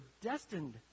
destined